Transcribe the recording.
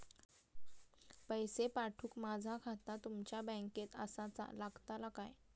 पैसे पाठुक माझा खाता तुमच्या बँकेत आसाचा लागताला काय?